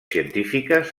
científiques